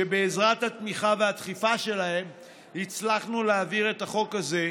שבעזרת התמיכה והדחיפה שלהם הצלחנו להביא את החוק הזה לסיום.